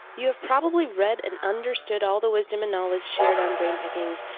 you have probably read and understood all the wisdom and knowledge shared on brainpickings.